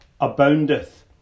aboundeth